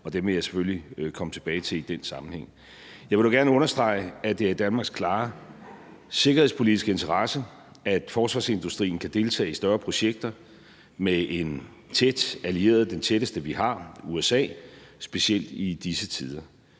og dem vil jeg selvfølgelig komme tilbage til i den sammenhæng. Jeg vil dog gerne understrege, at det er i Danmarks klare sikkerhedspolitiske interesse, at forsvarsindustrien kan deltage i større projekter med en tæt allieret, den tætteste, vi har, USA, specielt i disse tider.